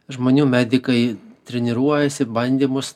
žmonių medikai treniruojasi bandymus